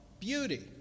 beauty